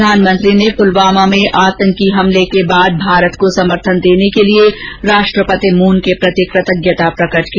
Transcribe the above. प्रधानमंत्री ने पुलवामा में आतंकी हमले के बाद भारत को समर्थन देने के लिए राष्ट्रपति मून के प्रति कृतज्ञता प्रकर्ट की